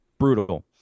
brutal